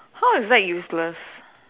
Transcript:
how is that useless